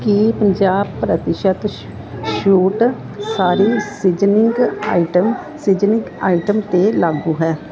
ਕੀ ਪੰਜਾਹ ਪ੍ਰਤੀਸ਼ਤ ਛੋਟ ਸਾਰੀ ਸੀਜ਼ਨਿੰਗ ਆਈਟਮ ਸੀਜ਼ਨਿੰਗ ਆਈਟਮ 'ਤੇ ਲਾਗੂ ਹੈ